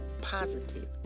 positive